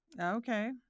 Okay